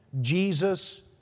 Jesus